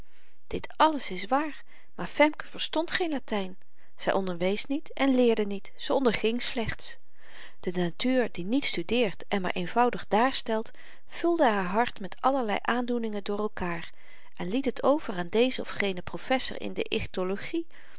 dit alles is waar maar femke verstond geen latyn zy onderwees niet en leerde niet ze onderging slechts de natuur die niet studeert en maar eenvoudig daarstelt vulde haar hart met allerlei aandoeningen door elkaêr en liet het over aan dezen of genen professer in de